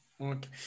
Okay